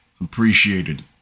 appreciated